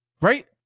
Right